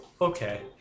Okay